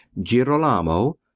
Girolamo